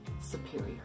superior